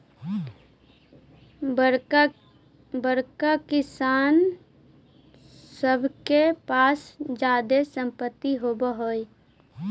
बड़कन किसान सब के पास जादे सम्पत्ति होवऽ हई